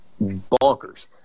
Bonkers